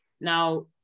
Now